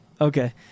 okay